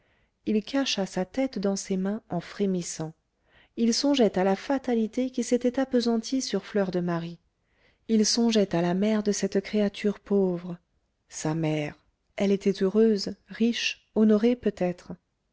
il cacha sa tête dans ses mains en frémissant il songeait à la fatalité qui s'était appesantie sur fleur de marie il songeait à la mère de cette créature pauvre sa mère elle était heureuse riche honorée peut-être